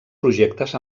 projectes